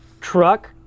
truck